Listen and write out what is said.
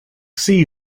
sea